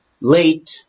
Late